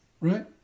Right